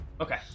Okay